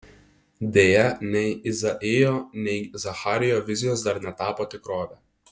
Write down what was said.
deja nei izaijo nei zacharijo vizijos dar netapo tikrove